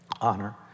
honor